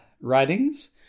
writings